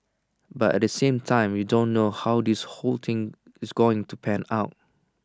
but at the same time we don't know how this whole thing is going to pan out